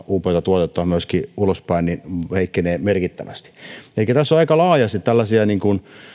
upean tuotteen vienti ulospäin myöskin heikkenee merkittävästi elikkä tässä on aika laajasti tällaisia